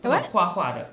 the what